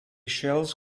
shells